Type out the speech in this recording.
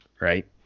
right